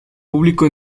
público